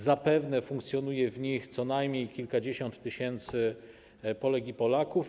Zapewne funkcjonuje w nich co najmniej kilkadziesiąt tysięcy Polek i Polaków.